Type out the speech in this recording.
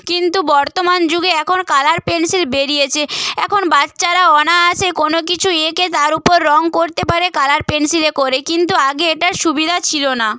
কিন্তু বর্তমান যুগে এখন কালার পেনসিল বেরিয়েছে এখন বাচ্চারাও অনায়াসে কোনো কিছু এঁকে তার উপর রঙ করতে পারে কালার পেনসিলে করে কিন্তু আগে এটার সুবিধা ছিলো না